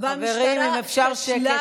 והמשטרה כשלה